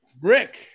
rick